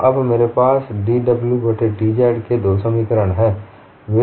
तो अब मेरे पास dw बट्टे dz के लिए दो समीकरण हैं